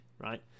right